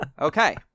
Okay